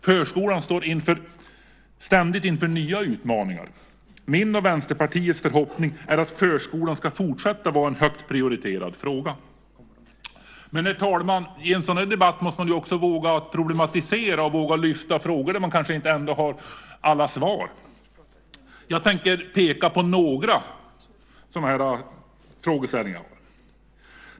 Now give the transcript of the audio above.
Förskolan står ständigt inför nya utmaningar. Min och Vänsterpartiets förhoppning är att förskolan ska fortsätta att vara en högt prioriterad fråga. Men, herr talman, i en sådan här debatt måste man också våga problematisera och våga lyfta frågor där man kanske inte har alla svar. Jag tänker peka på några sådana frågeställningar.